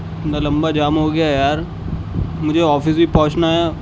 اتنا لمبا جام ہو گیا یار مجھے آفس بھی پہنچنا ہے